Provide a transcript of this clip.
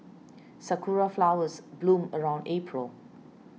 sakura flowers bloom around April